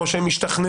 או שהם השתכנעו,